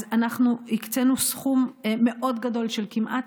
אז אנחנו הקצינו סכום מאוד גדול של כמעט